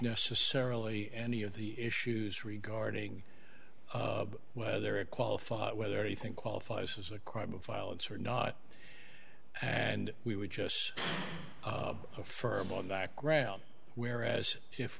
necessarily any of the issues regarding whether it qualifies whether anything qualifies as a crime of violence or not and we were just a firm on that ground whereas if